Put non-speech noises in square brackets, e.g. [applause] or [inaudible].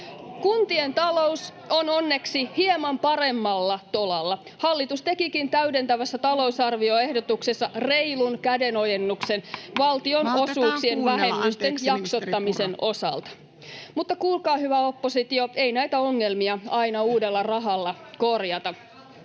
Kuntien talous on onneksi hieman paremmalla tolalla. Hallitus tekikin täydentävässä talousarvioehdotuksessa reilun kädenojennuksen valtionosuuksien vähennysten jaksottamisen osalta. [noise] Mutta kuulkaa, hyvä oppositio, ei näitä ongelmia aina uudella rahalla korjata.